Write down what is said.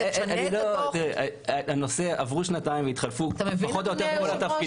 חלפו שנתיים --- אתה מבין, אדוני היושב-ראש?